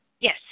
Yes